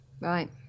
right